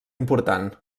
important